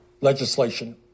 legislation